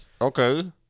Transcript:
Okay